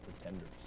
pretenders